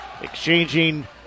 exchanging